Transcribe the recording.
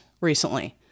recently